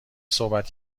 صحبت